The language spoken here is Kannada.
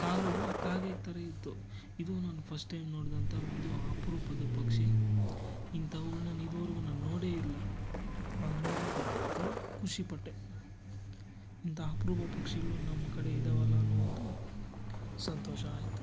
ಕಾಲುಗಳು ಕಾಗೆ ಥರ ಇತ್ತು ಇದು ನಾನು ಫಸ್ಟ್ ಟೈಮ್ ನೋಡಿದಂತಹ ಒಂದು ಅಪರೂಪದ ಪಕ್ಷಿ ಇಂಥವುಗಳ್ನ ನಾ ಇದುವರೆಗೂ ನಾನು ನೋಡೇ ಇಲ್ಲ ಹಂಗೆ ನೋಡಿದೀನಿ ಸ್ವಲ್ಪ ಖುಷಿ ಪಟ್ಟೆ ಇಂಥ ಅಪರೂಪ ಪಕ್ಷಿಗಳು ನಮ್ಮ ಕಡೆ ಇದ್ದಾವಲ್ಲ ಅನ್ನೋ ಒಂದು ಸಂತೋಷ ಆಯಿತು